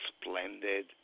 splendid